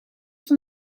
van